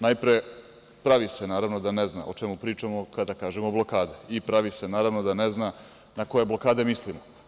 Najpre, pravi se naravno da ne zna o čemu pričamo kada kažemo blokade i pravi se naravno da ne zna na koje blokade mislimo.